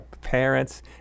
parents